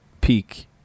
peak